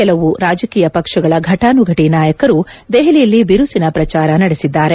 ಹಲವು ರಾಜಕೀಯ ಪಕ್ಷಗಳ ಘಟಾನುಘಟಿ ನಾಯಕರು ದೆಹಲಿಯಲ್ಲಿ ಬಿರುಸಿನ ಪ್ರಚಾರ ನಡೆಸಿದ್ದಾರೆ